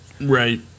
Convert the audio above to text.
Right